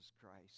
Christ